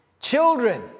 children